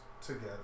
together